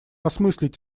осмыслить